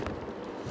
ya lah